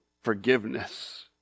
forgiveness